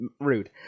Rude